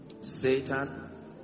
Satan